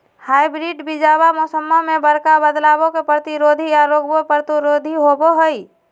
hybrid बीजावा मौसम्मा मे बडका बदलाबो के प्रतिरोधी आ रोगबो प्रतिरोधी होबो हई